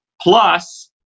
Plus